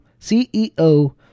CEO